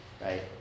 Right